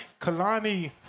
Kalani